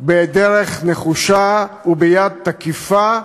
בדרך נחושה וביד תקיפה,